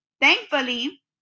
thankfully